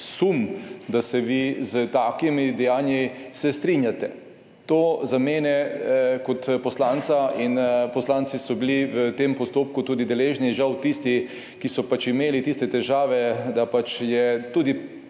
sum, da se vi s takimi dejanji, se strinjate. To za mene kot poslanca in poslanci so bili v tem postopku tudi deležni, žal tisti, ki so pač imeli tiste težave, da je tudi